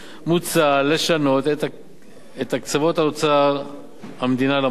מוצע לשנות את הקצבות אוצר המדינה למוסד,